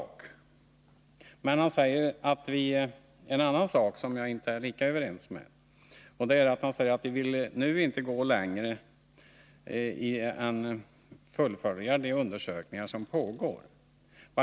Däremot har jag inte samma uppfattning som Lennart Brunander när det gäller det han sade om att man nu inte bör gå längre än att fullfölja de undersökningar som pågår.